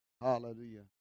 Hallelujah